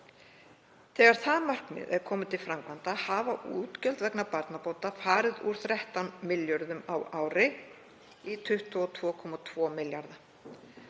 Þegar það markmið er komið til framkvæmda hafa útgjöld vegna barnabóta farið úr 13 milljörðum kr. á ári í 22,2 milljarða